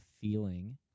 feeling